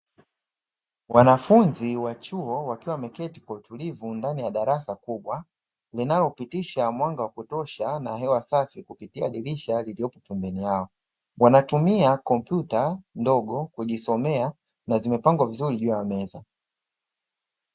Wanafunzi wa chuo wakiwa wameketi kwa utulivu ndani ya darasa kubwa linalopitisha mwanga wa kutosha, na hewa safi kupitia dirisha lililopo pembeni yao, wanatumia kompyuta ndogo kujisomea na zimepangwa vizuri juu ya meza.